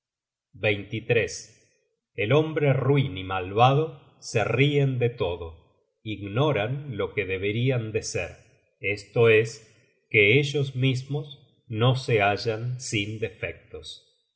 estómago el hombre ruin y el malvado se rien de todo ignoran lo que deberian de saber esto es que ellos mismos no se hallan sin defectos